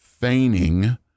feigning